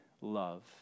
love